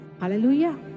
Hallelujah